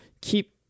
keep